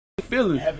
feeling